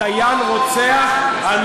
"דיין רוצח" אוה אוה,